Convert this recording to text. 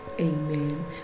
amen